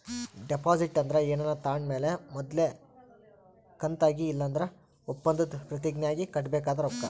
deposit ಅಂದ್ರ ಏನಾನ ತಾಂಡ್ ಮೇಲೆ ಮೊದಲ್ನೇ ಕಂತಾಗಿ ಇಲ್ಲಂದ್ರ ಒಪ್ಪಂದುದ್ ಪ್ರತಿಜ್ಞೆ ಆಗಿ ಕಟ್ಟಬೇಕಾದ ರೊಕ್ಕ